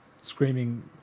screaming